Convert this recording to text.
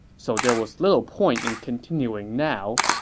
so there was little point in continuing now,